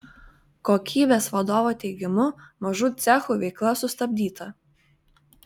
kokybės vadovo teigimu mažų cechų veikla sustabdyta